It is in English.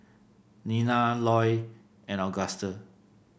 Nina Loy and Auguste